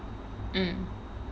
mm